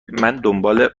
دنبال